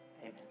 Amen